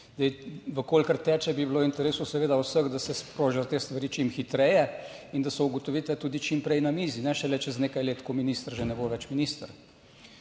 v kolikor teče, bi bilo v interesu seveda vseh, da se sprožijo te stvari čim hitreje in da so ugotovitve tudi čim prej na mizi, ne šele čez nekaj let, ko minister že ne bo več minister.